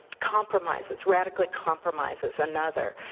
compromises, radically compromises another,